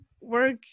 work